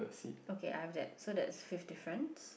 okay I have that so that's fifth difference